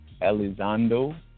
Elizondo